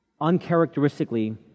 Uncharacteristically